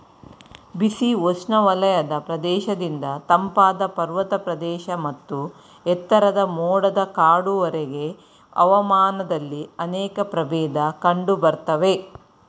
ಬಿಸಿ ಉಷ್ಣವಲಯದ ಪ್ರದೇಶದಿಂದ ತಂಪಾದ ಪರ್ವತ ಪ್ರದೇಶ ಮತ್ತು ಎತ್ತರದ ಮೋಡದ ಕಾಡುವರೆಗೆ ಹವಾಮಾನದಲ್ಲಿ ಅನೇಕ ಪ್ರಭೇದ ಕಂಡುಬರ್ತವೆ